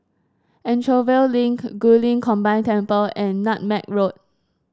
Anchorvale Link Guilin Combined Temple and Nutmeg Road